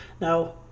Now